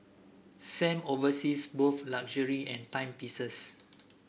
Sam oversees both luxury and timepieces